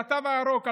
על התו הירוק,